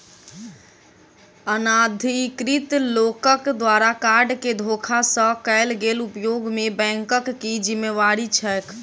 अनाधिकृत लोकक द्वारा कार्ड केँ धोखा सँ कैल गेल उपयोग मे बैंकक की जिम्मेवारी छैक?